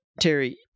Terry